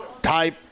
type